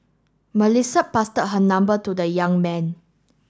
Melissa pass her number to the young man